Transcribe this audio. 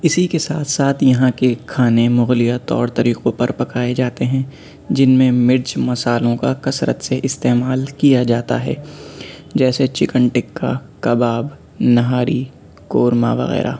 اِسی کے ساتھ ساتھ یہاں کے کھانے مغلیہ طور طریقوں پر پکائے جاتے ہیں جن میں مرچ مصالحوں کا کثرت سے استعمال کیا جاتا ہے جیسے چکن ٹکّہ کباب نہاری قورمہ وغیرہ